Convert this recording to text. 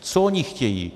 Co oni chtějí?